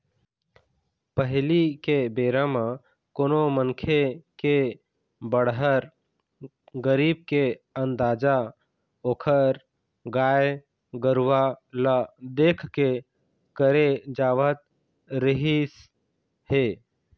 पहिली के बेरा म कोनो मनखे के बड़हर, गरीब के अंदाजा ओखर गाय गरूवा ल देख के करे जावत रिहिस हे